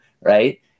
right